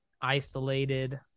Isolated